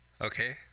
Okay